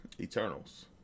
Eternals